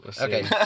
Okay